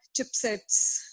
chipsets